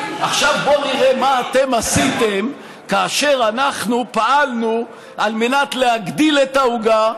עכשיו בואו נראה מה אתם עשיתם כאשר אנחנו פעלנו על מנת להגדיל את העוגה,